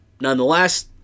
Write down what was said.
nonetheless